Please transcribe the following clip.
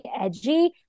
edgy